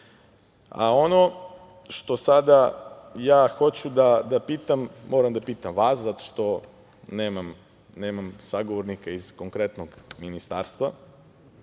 što sada ja hoću da pitam, moram da pitav vas, zato što nemam sagovornika iz konkretnog ministarstva,